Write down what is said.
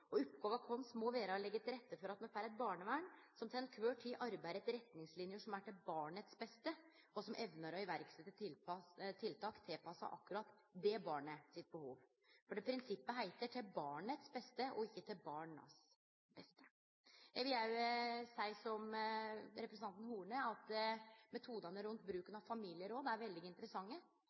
forskjellige. Oppgåva vår må vere å leggje til rette for at me får eit barnevern som til kvar tid arbeider etter retningsliner som er til barnets beste, og som evnar å setje i verk tiltak tilpassa behovet til akkurat det barnet, for prinsippet heiter «til barnets beste» og ikkje «til barnas beste». Eg vil òg seie, som representanten Horne, at metodane rundt bruken av familieråd er veldig interessante.